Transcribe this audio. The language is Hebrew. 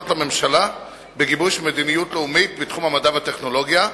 לממשלה בגיבוש מדיניות לאומית בתחום המדע והטכנולוגיה.